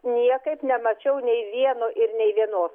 niekaip nemačiau nei vieno ir nei vieno